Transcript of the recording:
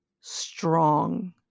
strong